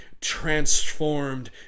transformed